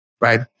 right